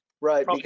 Right